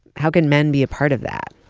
how can men be a part of that?